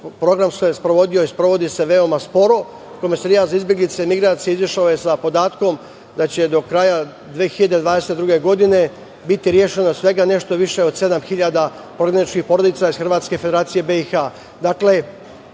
program se sprovodio i sprovodi se veoma sporo. Komesarijat za izbeglice i migracije, izašao je sa podatkom da će do kraja 2022. godine, biti rešeno svega nešto više od sedam hiljada prognanih porodica iz Hrvatske, Federacije BiH.